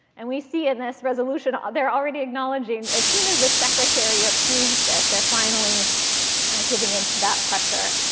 and we see in this resolution, they're already acknowledging as soon as the secretary approves this, they're finally giving into that pressure.